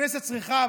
הכנסת צריכה,